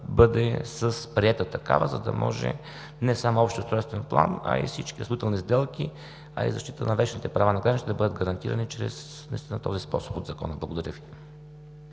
бъде с приета такава, за да може не само общият устройствен план, а и всички строителни сделки, а и защита на вещните права на гражданите да бъдат гарантирани чрез този способ от Закона. Благодаря Ви.